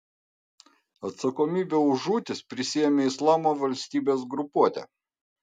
atsakomybę už žūtis prisiėmė islamo valstybės grupuotė